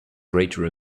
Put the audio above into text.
greater